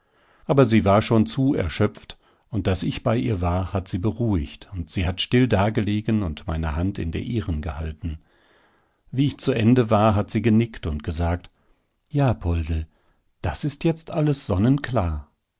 aber sie war schon zu erschöpft und daß ich bei ihr war hat sie beruhigt und sie hat still dagelegen und meine hand in der ihren gehalten wie ich zu ende war hat sie genickt und gesagt ja poldl das ist jetzt alles sonnenklar